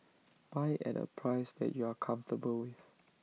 buy at A price that you are comfortable with